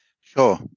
Sure